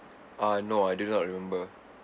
uh no I do not remember